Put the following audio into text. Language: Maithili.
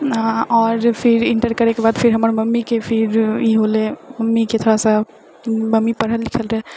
हँ आओर फिर इन्टर करैके बाद फिर हमर मम्मीके ई भेलै मम्मीके थोड़ासँ मम्मी पढ़ल लिखल रहए